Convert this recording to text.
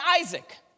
Isaac